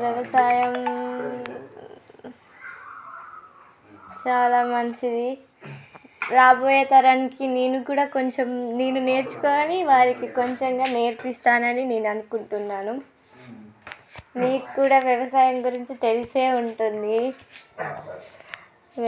వ్యవసాయం చాలా మంచిది రాబోయే తరానికి నేను కూడా కొంచెం నేను నేర్చుకొని వారికి కొంచంగా నేర్పిస్తానని నేను అనుకుంటున్నాను మీకు కూడా వ్యవసాయం గురించి తెలిసే ఉంటుంది